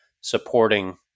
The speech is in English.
supporting